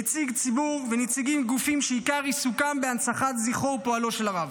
נציגי ציבור ונציגי גופים שעיקר עיסוקם בהנצחת זכרו ופועלו של הרב.